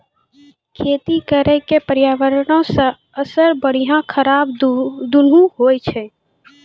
खेती करे के पर्यावरणो पे असर बढ़िया खराब दुनू होय छै